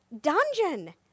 dungeon